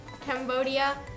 Cambodia